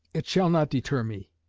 it shall not deter me.